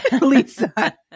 Lisa